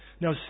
now